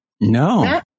no